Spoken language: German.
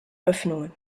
öffnungen